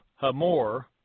Hamor